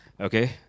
Okay